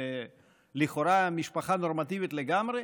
לכאורה משפחה נורמטיבית לגמרי,